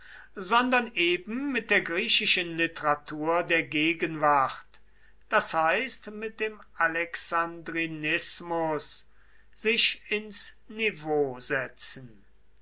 sondern eben mit der griechischen literatur der gegenwart das heißt mit dem alexandrinismus sich ins niveau setzen